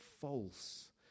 false